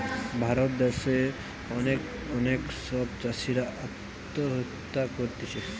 ভারত দ্যাশে অনেক অনেক সব চাষীরা আত্মহত্যা করতিছে